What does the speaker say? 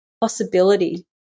possibility